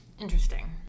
Interesting